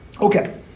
Okay